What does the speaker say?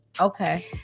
Okay